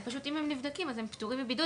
פשוט אם הם נבדקים הם פטורים מבידוד